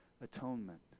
atonement